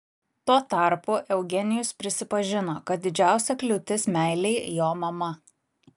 tuo tarpu eugenijus prisipažino kad didžiausia kliūtis meilei jo mama